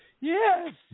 Yes